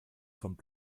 kommt